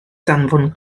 danfon